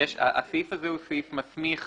הסעיף הזה הוא סעיף שמסמיך